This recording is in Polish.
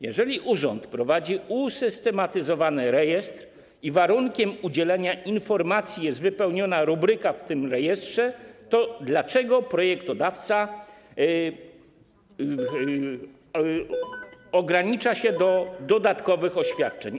Jeżeli urząd prowadzi usystematyzowany rejestr i warunkiem udzielenia informacji jest wypełniona rubryka w tym rejestrze, to dlaczego projektodawca wymaga dodatkowych oświadczeń?